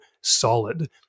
solid